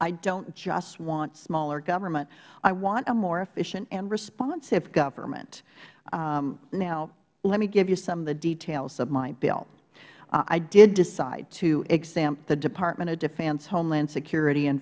i don't just want smaller government i want a more efficient and responsive government now let me give you some of the details of my bill i did decide to exempt the department of defense homeland security and